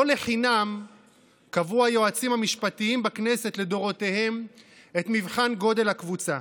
לא לחינם קבעו היועצים המשפטיים בכנסת לדורותיהם את מבחן גודל הקבוצה.